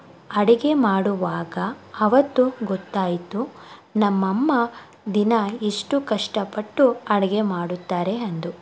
ಅಡುಗೆ ಮಾಡುವಾಗ ಆವತ್ತು ಗೊತ್ತಾಯಿತು ನಮ್ಮ ಅಮ್ಮ ದಿನ ಇಷ್ಟು ಕಷ್ಟಪಟ್ಟು ಅಡುಗೆ ಮಾಡುತ್ತಾರೆ ಎಂದು